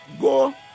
Go